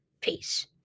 Peace